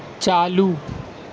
چالو